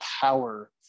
power